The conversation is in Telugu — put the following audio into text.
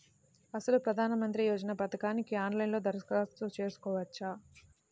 అసలు ప్రధాన మంత్రి యోజన పథకానికి ఆన్లైన్లో దరఖాస్తు చేసుకోవచ్చా?